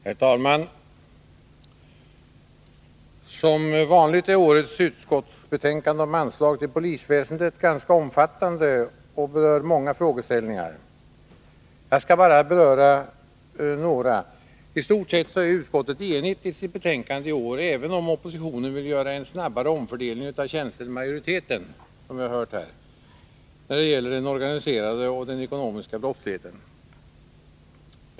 Herr talman! Som vanligt är årets utskottsbetänkande om anslag till polisväsendet ganska omfattande och berör många frågeställningar. Jag skall bara ta upp några. I stort sett är utskottet i år enigt i sitt betänkande, även om oppositionen, som vi hört här, vill göra en snabbare omfördelning av tjänster än majoriteten när det gäller den organiserade och den ekonomiska brottsligheten.